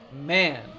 man